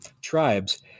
tribes